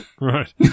right